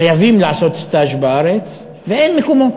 חייבים לעשות סטאז' בארץ, ואין מקומות.